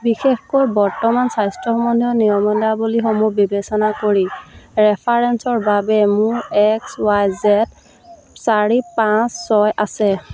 বিশেষকৈ বৰ্তমান স্বাস্থ্য সম্বন্ধীয় নিয়মাৱলীসমূহ বিবেচনা কৰি ৰেফাৰেঞ্চৰ বাবে মোৰ এক্স ৱাই জেড চাৰি পাঁচ ছয় আছে